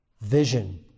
vision